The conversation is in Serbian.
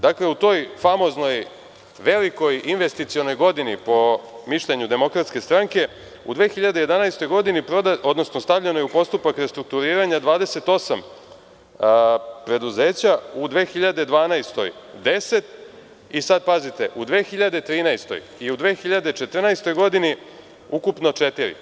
Dakle, u toj famoznoj velikoj investicionoj godini, po mišljenju DS, u 2011. godini stavljeno je u postupak restrukturiranja 28 preduzeća, u 2012. godini 10 i, sad pazite, u 2013. i u 2014. godini ukupno četiri.